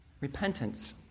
repentance